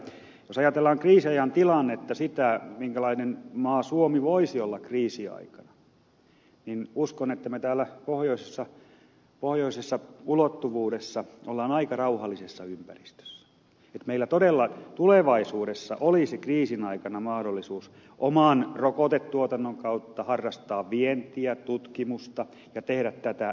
jos ajatellaan kriisiajan tilannetta sitä minkälainen suomi voisi olla kriisiaikana niin uskon että me täällä pohjoisessa ulottuvuudessa olemme aika rauhallisessa ympäristössä että meillä todella tulevaisuudessa olisi kriisin aikana mahdollisuus oman rokotetuotannon kautta harrastaa vientiä tutkimusta ja tehdä tätä työtä